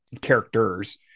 characters